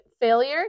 failure